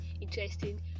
interesting